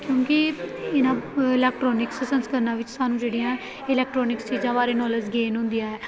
ਕਿਉੰਕਿ ਇਹਨਾਂ ਇਲੈਕਟਰੋਨਿਕ ਸੰਸਕਰਨਾਂ ਵਿੱਚ ਸਾਨੂੰ ਜਿਹੜੀਆਂ ਇਲੈਕਟਰੋਨਿਕ ਚੀਜਾਂ ਬਾਰੇ ਨੋਲੇਜ ਗੇਨ ਹੁੰਦੀ ਹੈ